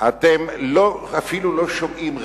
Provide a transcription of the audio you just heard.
אתם אפילו לא שומעים.